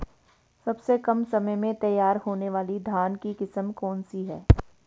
सबसे कम समय में तैयार होने वाली धान की किस्म कौन सी है?